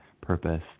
purpose